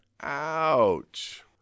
Ouch